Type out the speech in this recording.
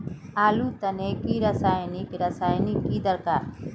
आलूर तने की रासायनिक रासायनिक की दरकार?